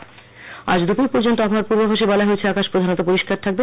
আবহাওয়া আজ দুপুর পর্যন্ত আবহাওয়ার পূর্বাভাসে জানানো হয়েছে আকাশ প্রধানত পরিষ্কার থাকবে